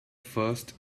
first